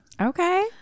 Okay